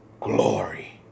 glory